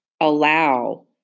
allow